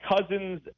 cousin's